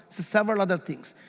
several other things.